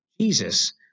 Jesus